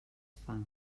fang